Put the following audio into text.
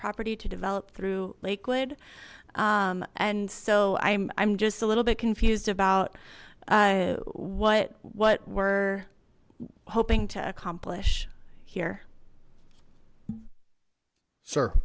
property to develop through lakewood and so i'm i'm just a little bit confused about what what we're hoping to accomplish here s